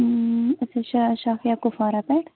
أسۍ حظ چھِ شافیا کُپوارا پیٚٹھ